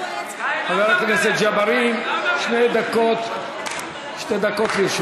חבר הכנסת ג'בארין, שתי דקות לרשותך.